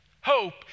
Hope